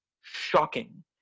shocking